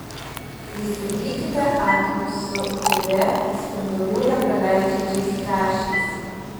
įsigykite akinius su uv spindulių nepraleidžiančiais lęšiais